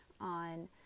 on